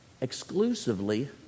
exclusively